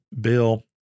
Bill